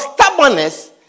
stubbornness